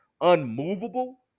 unmovable